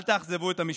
אל תאכזבו את המשפחות.